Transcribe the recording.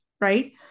Right